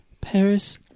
Paris